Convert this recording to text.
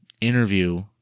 interview